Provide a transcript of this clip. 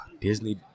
Disney